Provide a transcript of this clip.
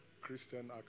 Christian